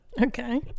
okay